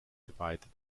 divided